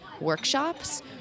workshops